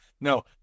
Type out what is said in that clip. No